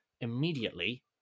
immediately